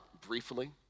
briefly